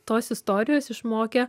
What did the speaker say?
tos istorijos išmokė